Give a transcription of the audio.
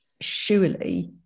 surely